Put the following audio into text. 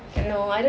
cara~